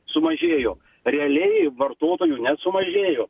sumažėjo realiai vartotojų nesumažėjo